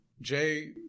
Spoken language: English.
Jay